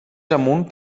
amunt